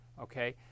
Okay